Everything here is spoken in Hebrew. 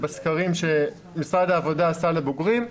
שבסקרים שמשרד העבודה עשה לבוגרים,